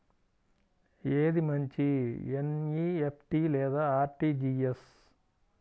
ఏది మంచి ఎన్.ఈ.ఎఫ్.టీ లేదా అర్.టీ.జీ.ఎస్?